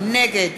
נגד